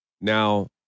Now